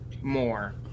more